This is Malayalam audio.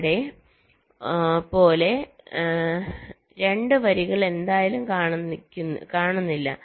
ഇവിടെ പോലെ 2 വരികൾ എന്തായാലും കാണുന്നില്ല